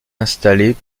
installés